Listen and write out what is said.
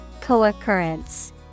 Co-occurrence